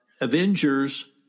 Avengers